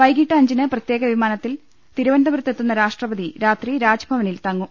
വൈകീട്ട് അഞ്ചിന് പ്രത്യേക വിമാനത്തിൽ തിരുവന ന്തപുരത്തെത്തുന്ന രാഷ്ട്രപതി രാത്രി രാജ്ഭവനിൽ തങ്ങും